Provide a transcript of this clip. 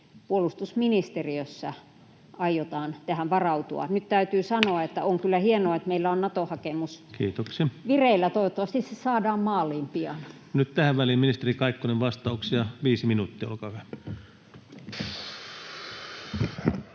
puolustusministeriössä aiotaan tähän varautua. Nyt täytyy sanoa, että on kyllä hienoa, että meillä on Nato-hakemus [Puhemies: Kiitoksia!] vireillä. Toivottavasti se saadaan maaliin pian. Nyt tähän väliin ministeri Kaikkonen, vastauksia. Viisi minuuttia, olkaa hyvä.